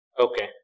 Okay